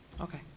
Okay